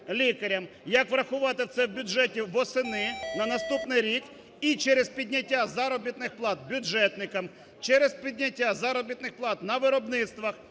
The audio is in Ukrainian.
як врахувати це в бюджеті восени на наступний рік і через підняття заробітних плат бюджетникам, через підняття заробітних плат на виробництвах,